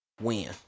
Win